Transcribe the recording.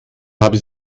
habe